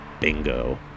bingo